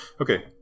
okay